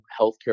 healthcare